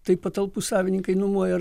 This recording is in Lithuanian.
tai patalpų savininkai numoja